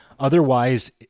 Otherwise